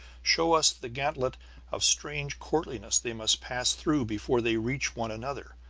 show us the gantlet of strange courtliness they must pass through before they reach one another,